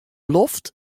loft